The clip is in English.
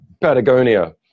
Patagonia